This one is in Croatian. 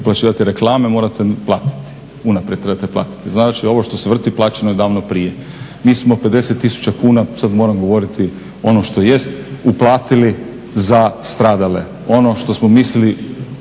uplaćivati reklame morate platiti, unaprijed trebate platiti. Znači ovo što se vrti plaćeno je davno prije. Mi smo 50 tisuća kuna, sad moram govoriti ono što jeste, uplatili za stradale, ono što smo mislili